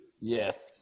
Yes